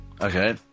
Okay